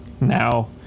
now